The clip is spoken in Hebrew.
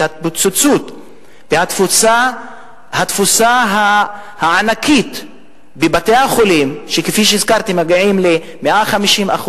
ההתפוצצות והתפוסה הענקית בבתי-החולים שכפי שהזכרתי מגיעה ל-150%,